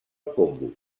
congo